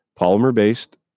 Polymer-based